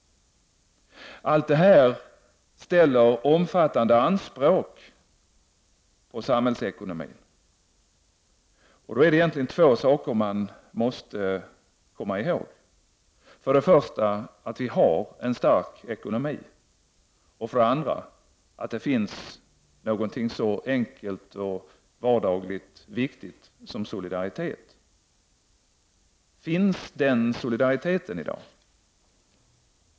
Allt det här ställer omfattande anspråk på samhällsekonomin, och då måste vi komma ihåg två saker: för det första att vi har en stark ekonomi, för det andra att det finns något så enkelt och vardagligt viktigt som solidaritet. Finns solidariteten i dag?